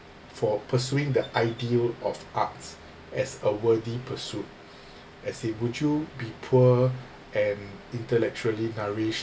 for pursuing the ideal of arts as a worthy pursuit as it would you be poor and intellectually nourished